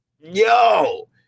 Yo